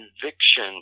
conviction